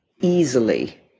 easily